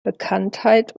bekanntheit